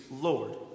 Lord